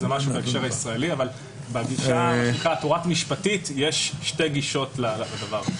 בהקשר הישראלי אבל יש שתי גישות לדבר הזה.